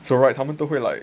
it's all right 他们都会 like